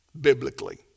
biblically